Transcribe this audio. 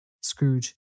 Scrooge